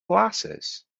glasses